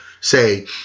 say